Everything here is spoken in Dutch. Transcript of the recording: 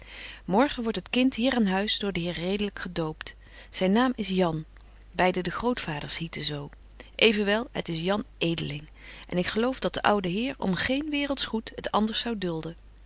morgen word het kind hier aan huis door den heer redelyk gedoopt zyn naam is jan beide de grootvaders hieten zo evenwel het is jan edeling en ik geloof dat de oude heer om geen waerelds goèd het anders zou dulden